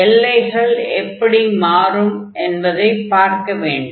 எல்லைகள் எப்படி மாறும் என்பதைப் பார்க்க வேண்டும்